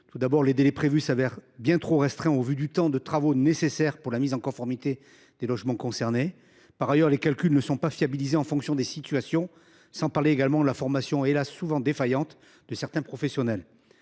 Tout d’abord, les délais prévus se révèlent bien trop restreints au vu du temps de travaux nécessaire pour la mise en conformité des logements concernés. Ensuite, les calculs ne sont pas fiables, compte tenu de la diversité des situations, sans parler de la formation – hélas ! souvent défaillante – de certains professionnels.